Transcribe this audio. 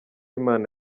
imana